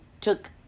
took